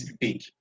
big